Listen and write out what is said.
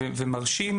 ומרשים,